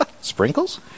sprinkles